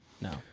no